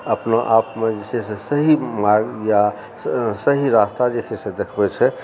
अपना आपमे जे छै से सही मार्ग या सही रास्ता जे छै से देखबै छै